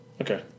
Okay